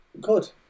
good